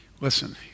Listen